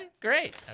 Great